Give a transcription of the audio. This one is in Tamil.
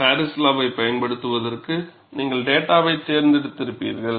பாரிஸ் லாவை பயன்படுத்துவதற்கு நீங்கள் டேட்டாவைத் தேர்ந்தெடுத்திருப்பீர்கள்